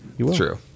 True